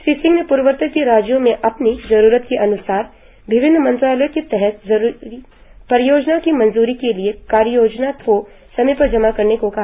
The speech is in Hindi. श्री सिंह ने पूर्वोत्तर के राज्यों से अपनी जरुरत के अन्सार विभिन्न मंत्रालयों के तहत जरुरी परियोजनाओं की मंजूरी के लिए कार्ययोजना को समय पर जमा करने को कहा